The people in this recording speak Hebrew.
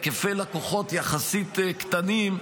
בהיקפי לקוחות יחסית קטנים,